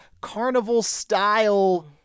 carnival-style